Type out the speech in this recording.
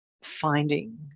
finding